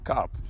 Cup